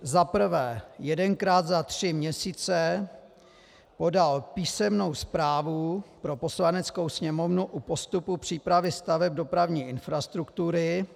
1. jedenkrát za tři měsíce podal písemnou zprávu pro Poslaneckou sněmovnu o postupu přípravy staveb dopravní infrastruktury.